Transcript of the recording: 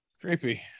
creepy